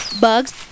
bugs